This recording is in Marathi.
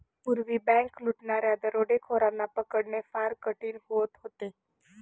पूर्वी बँक लुटणाऱ्या दरोडेखोरांना पकडणे फार कठीण होत होते